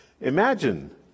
Imagine